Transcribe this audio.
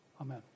Amen